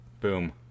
Boom